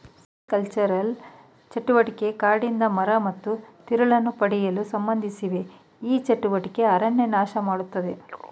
silvicultural ಚಟುವಟಿಕೆ ಕಾಡಿಂದ ಮರ ಮತ್ತು ತಿರುಳನ್ನು ಪಡೆಯಲು ಸಂಬಂಧಿಸಿವೆ ಈ ಚಟುವಟಿಕೆ ಅರಣ್ಯ ನಾಶಮಾಡ್ತದೆ